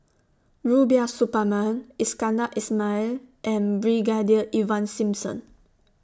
Rubiah Suparman Iskandar Ismail and Brigadier Ivan Simson